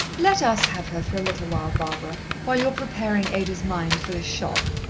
let us have her for a little while, barbara while you're preparing ada's mind for the shock.